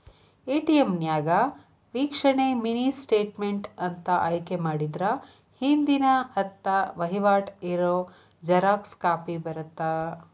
ATM ನ್ಯಾಗ ವೇಕ್ಷಣೆ mini statement ಅಂತ ಆಯ್ಕೆ ಮಾಡಿದ್ರ ಹಿಂದಿನ ಹತ್ತ ವಹಿವಾಟ್ ಇರೋ ಜೆರಾಕ್ಸ್ ಕಾಪಿ ಬರತ್ತಾ